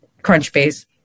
Crunchbase